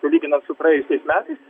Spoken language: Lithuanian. sulyginant su praėjusiais metais